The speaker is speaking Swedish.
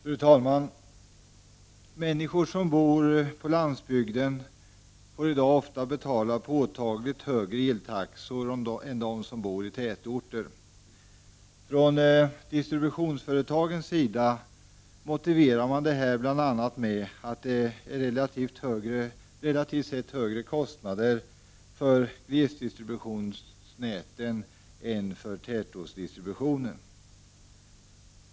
Fru talman! Människor som bor på landsbygden får i dag ofta betala påtag ligt högre eltaxor än de som bor i tätorter. Från distributionsföretagens sida motiverar man detta bl.a. med de relativt sett högre kostnaderna för glesbygdsdistributionsnäten än för tätortsdistributionen.